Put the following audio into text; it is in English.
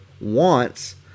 wants